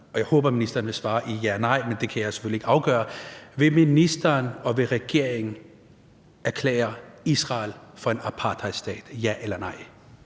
og jeg håber, at ministeren vil svare ja eller nej, men det kan jeg selvfølgelig ikke afgøre: Vil ministeren og vil regeringen erklære Israel for en apartheidstat – ja eller nej?